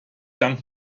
dank